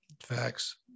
facts